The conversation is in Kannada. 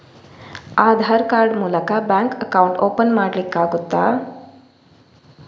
ಆಧಾರ್ ಕಾರ್ಡ್ ಮೂಲಕ ಬ್ಯಾಂಕ್ ಅಕೌಂಟ್ ಓಪನ್ ಮಾಡಲಿಕ್ಕೆ ಆಗುತಾ?